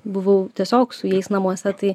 buvau tiesiog su jais namuose tai